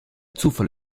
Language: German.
zufall